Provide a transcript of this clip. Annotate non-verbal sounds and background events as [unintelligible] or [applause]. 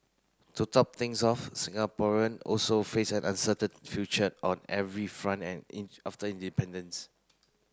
to top things off Singaporean also faced an uncertain future on every front [unintelligible] after independence